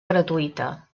gratuïta